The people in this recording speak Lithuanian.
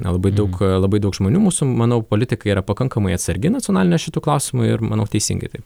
labai daug labai daug žmonių mūsų manau politikai yra pakankamai atsargi nacionalinė šitu klausimų ir manau teisingai taip